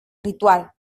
ritual